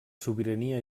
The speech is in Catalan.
sobirania